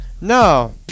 No